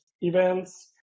events